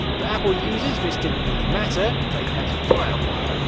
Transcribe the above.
for apple users, this didn't really matter, they had firewire,